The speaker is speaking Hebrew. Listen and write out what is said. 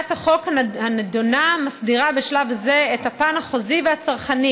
הצעת החוק הנדונה מסדירה בשלב זה את הפן החוזי והצרכני.